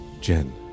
Jen